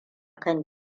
kan